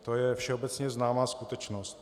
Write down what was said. To je všeobecně známá skutečnost.